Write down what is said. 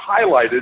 highlighted